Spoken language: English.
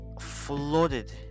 flooded